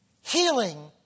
healing